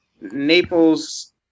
Naples –